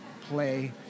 play